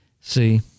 See